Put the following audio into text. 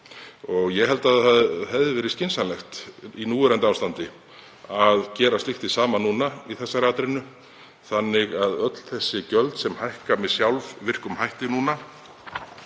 Ég held að það væri skynsamlegt í núverandi ástandi að gera slíkt hið sama í þessari atrennu þannig að öll þessi gjöld sem hækka með sjálfvirkum hætti núna